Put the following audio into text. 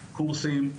קורסים,